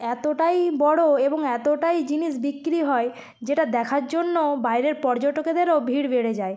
এতটাই বড় এবং এতটাই জিনিস বিক্রি হয় যেটা দেখার জন্য বাইরের পর্যটকদেরও ভিড় বেড়ে যায়